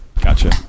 Gotcha